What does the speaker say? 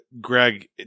Greg